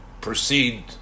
proceed